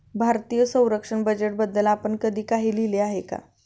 भारतीय संरक्षण बजेटबद्दल आपण कधी काही लिहिले आहे का?